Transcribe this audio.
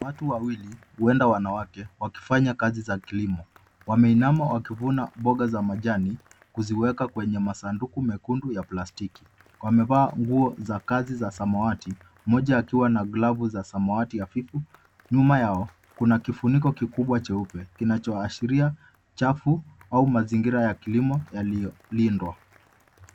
Watu wawili huenda wanawake wakifanya kazi za kilimo. Wameinama wakivuna mboga za majani kuziweka kwenye masanduku mekundu ya plastiki. Wamevaa nguo za kazi za samawati moja akiwa na glavu za samawati hafifu. Nyuma yao kuna kifuniko kikubwa cheupe kinachoashiria chafu au mazingira ya kilimo yaliyolindwa.